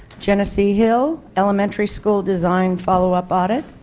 genesee hill elementary school design follow-up audit,